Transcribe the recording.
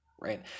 right